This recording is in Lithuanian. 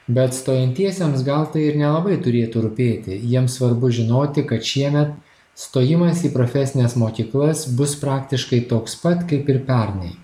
bet stojantiesiems gal tai ir nelabai turėtų rūpėti jiem svarbu žinoti kad šiemet stojimas į profesines mokyklas bus praktiškai toks pat kaip ir pernai